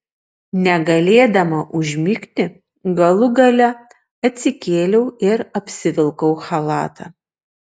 negalėdama užmigti galų gale atsikėliau ir apsivilkau chalatą